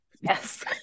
yes